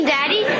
Daddy